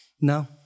No